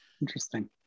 Interesting